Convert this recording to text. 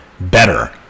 better